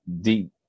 deep